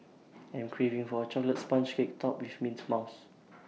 I am craving for A Chocolate Sponge Cake Topped with Mint Mousse